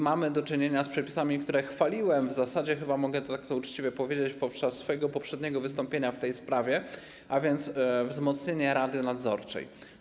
Mamy do czynienia z przepisami, które chwaliłem - w zasadzie chyba mogę tak uczciwie powiedzieć - podczas swojego poprzedniego wystąpienia w tej sprawie, a więc ze wzmocnieniem rady nadzorczej.